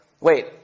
Wait